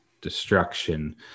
destruction